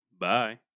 Bye